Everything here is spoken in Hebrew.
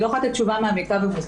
אני לא יכולה לתת תשובה מעמיקה ומוסדרת.